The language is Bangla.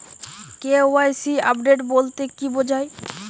কে.ওয়াই.সি আপডেট বলতে কি বোঝায়?